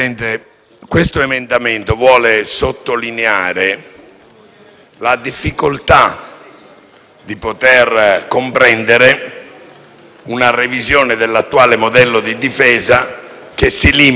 la difficoltà di poter comprendere una revisione dell'attuale modello di difesa, che si limita a ridurre le spese militari